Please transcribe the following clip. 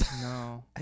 No